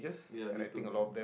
ya me too man